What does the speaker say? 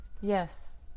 Yes